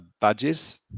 badges